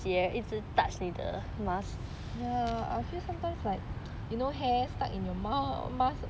ya sometimes like hair stuck in your mouth mask